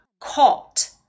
caught